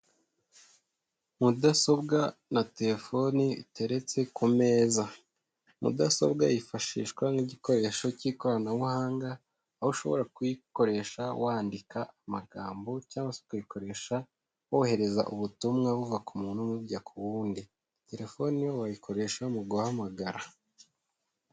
Mudasobwa na telefoni biteretse ku meza, mudasobwa yifashishwa nk'igikoresho cy'ikoranabuhanga, aho ushobora kuyikoresha wandika amagambo, cyangwase ukayikoresha wohereza ubutumwa buva ku muntu umwe bujya ku wundi, telefoni yo wayikoresha mu guhamagara.